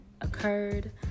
occurred